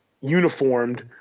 uniformed